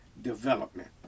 development